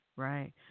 Right